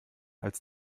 als